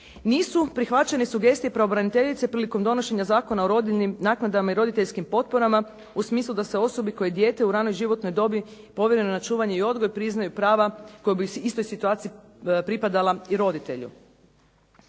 Nisu prihvaćene sugestije pravobraniteljice prilikom donošenja Zakona o rodiljnim naknadama i roditeljskim potporama u smislu da se osobi koja je dijete u ranoj životnoj dobi, povjerenoj na čuvanje i odgoj, priznaju prava koja bi u istoj situaciji pripadala i roditelju.